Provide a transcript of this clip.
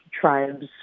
tribes